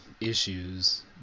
issues